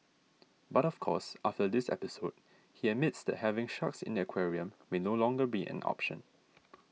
but of course after this episode he admits that having sharks in the aquarium may no longer be an option